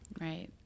Right